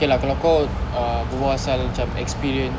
okay lah kalau kau ah berbual pasal macam experience